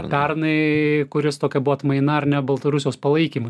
pernai kuris tokia buvo atmaina ar ne baltarusijos palaikymui